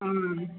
ആ